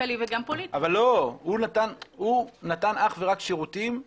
אני רוצה לומר שבנציבות שירות המדינה שממיינת